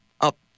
up